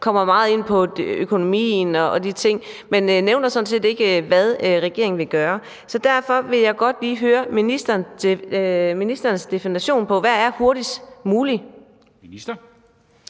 kommer meget ind på økonomien og lignende ting, men hun nævner sådan set ikke, hvad regeringen vil gøre. Så derfor vil jeg godt lige høre ministerens definition på, hvad hurtigst muligt